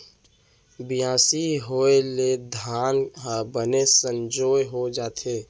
बियासी होय ले धान ह बने संजोए हो जाथे